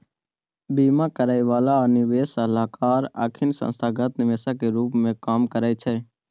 बीमा करइ बला आ निवेश सलाहकार अखनी संस्थागत निवेशक के रूप में काम करइ छै